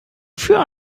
für